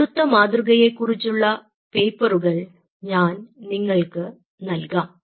അടുത്ത മാതൃകയെ കുറിച്ചുള്ള പേപ്പറുകൾ ഞാൻ നിങ്ങൾക്ക് നൽകാം